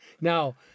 Now